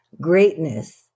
greatness